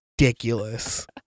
ridiculous